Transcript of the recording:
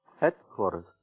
Headquarters